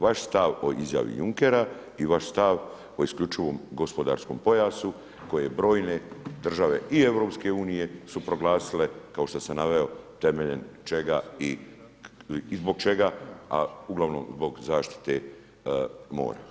Vaš stav o izjavi Junckera i vaš stav o isključivom gospodarskom pojasu koji je brojne države i EU su proglasile kao što sam naveo temeljem čega i zbog čega, a uglavnom zbog zaštite mora.